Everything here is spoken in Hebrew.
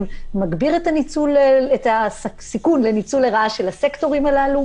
מגביר את הסיכון לניצול לרעה של הסקטורים הללו,